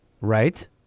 Right